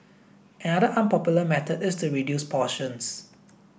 another unpopular method is to reduce portions